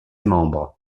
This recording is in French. membres